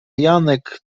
janek